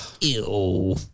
Ew